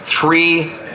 three